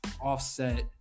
Offset